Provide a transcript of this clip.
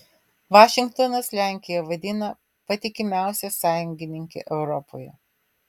vašingtonas lenkiją vadina patikimiausia sąjungininke europoje